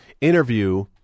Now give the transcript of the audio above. interview